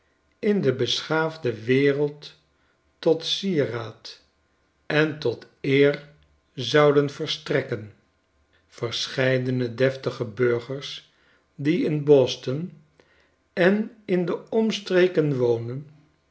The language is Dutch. in de beschaafde wereld tot sieraad en tot eer zouden verstrekken verscheidene deftige burgers die in boston en in de omstreken wonen